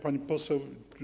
Pani Poseł!